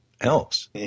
else